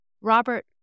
Robert